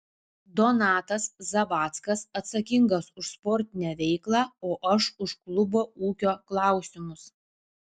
donatas zavackas atsakingas už sportinę veiklą o aš už klubo ūkio klausimus